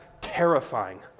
terrifying